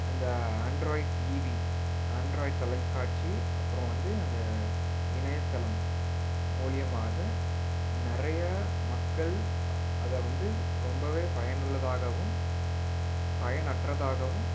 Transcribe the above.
இந்த Android TV Android தொலைக்காட்சி அப்புறம் வந்து அந்த இணையத்தளம் மூலயமாக நிறையா மக்கள் அதை வந்து ரொம்பவே பயனுள்ளதாகவும் பயனற்றதாகவும்